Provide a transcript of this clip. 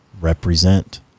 represent